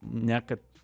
ne kad